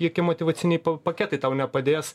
joki motyvaciniai paketai tau nepadės